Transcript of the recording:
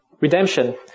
Redemption